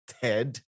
TED